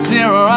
Zero